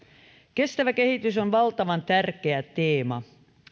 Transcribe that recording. kestävä kehitys on valtavan tärkeä teema